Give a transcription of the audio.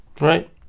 Right